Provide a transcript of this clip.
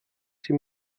sie